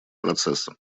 процесса